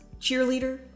cheerleader